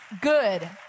good